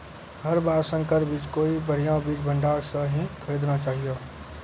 हर बार संकर बीज कोई बढ़िया बीज भंडार स हीं खरीदना चाहियो